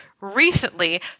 recently